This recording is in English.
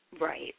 right